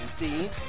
indeed